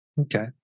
Okay